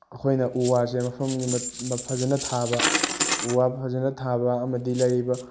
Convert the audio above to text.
ꯑꯩꯈꯣꯏꯅ ꯎ ꯋꯥꯁꯤ ꯃꯐꯝꯒꯤ ꯐꯖꯅ ꯊꯥꯕ ꯎ ꯋꯥ ꯐꯖꯅ ꯊꯥꯕ ꯑꯃꯗꯤ ꯂꯩꯔꯤꯕ